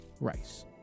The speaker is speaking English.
Rice